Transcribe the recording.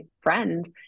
friend